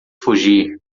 fugir